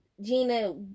Gina